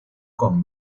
con